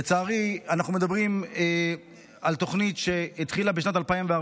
לצערי, אנחנו מדברים על תוכנית שהתחילה בשנת 2014,